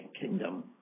Kingdom